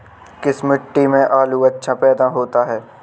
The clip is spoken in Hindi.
किस मिट्टी में आलू अच्छा पैदा होता है?